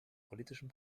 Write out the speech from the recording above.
politischen